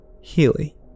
Healy